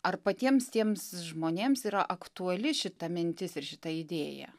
ar patiems tiems žmonėms yra aktuali šita mintis ir šita idėja